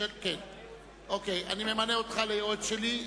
אני ממנה אותך ליועץ שלי,